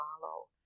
follow